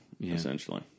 essentially